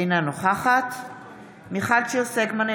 אינה נוכחת מיכל שיר סגמן,